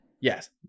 Yes